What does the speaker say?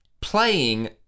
playing